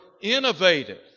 innovative